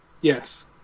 Yes